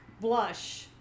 blush